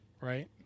right